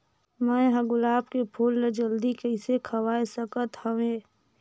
मैं ह गुलाब के फूल ला जल्दी कइसे खवाय सकथ हवे?